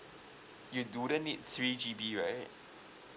you wouldn't need three G_B right